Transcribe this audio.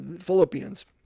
Philippians